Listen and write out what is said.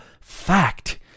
fact